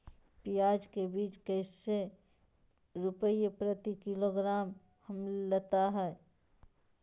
प्याज के बीज कैसे रुपए प्रति किलोग्राम हमिलता हैं?